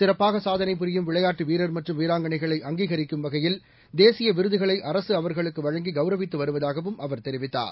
சிறப்பாக சாதனை புரியும் விளையாட்டு வீரர் மற்றும் வீராங்கனைகளை அங்கீகரிக்கும் வகையில் தேசிய விருதுகளை அரசு அவர்களுக்கு வழங்கி கௌரவித்து வருவதாகவும் அவர் தெரிவித்தார்